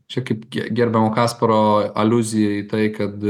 čia kaip gerbiamo kasparo aliuzija į tai kad